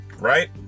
right